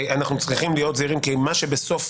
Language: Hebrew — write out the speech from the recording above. אנחנו צריכים להיות זהירים כי מה שבסוף